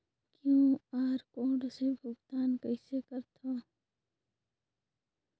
QR code से भुगतान कइसे करथव?